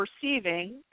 perceiving